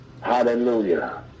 Hallelujah